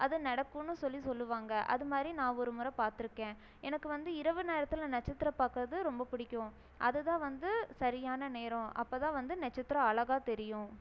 அது நடக்கும்ன்னு சொல்லி சொல்லுவாங்க அது மாதிரி நான் ஒரு முறை பார்த்துருக்கேன் எனக்கு வந்து இரவு நேரத்தில் நட்சத்திரம் பார்க்குறது ரொம்ப பிடிக்கும் அது தான் வந்து சரியான நேரம் அப்போதான் வந்து நட்சத்திரம் அழகாக தெரியும்